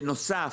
בנוסף,